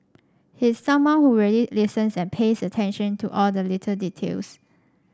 he's someone who really listens and pays attention to all the little details